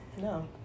no